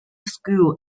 school